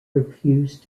refused